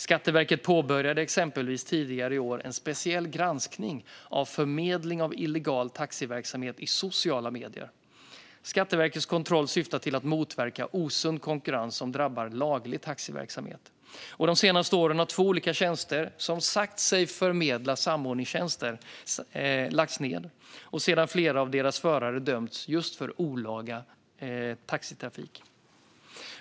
Skatteverket påbörjade exempelvis tidigare i år en speciell granskning av förmedling av illegal taxiverksamhet i sociala medier. Skatteverkets kontroll syftar till att motverka osund konkurrens som drabbar laglig taxiverksamhet. De senaste åren har två olika tjänster som sagt sig förmedla samåkningstjänster lagts ned sedan flera av deras förare dömts just för olaga taxitrafik.